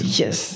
yes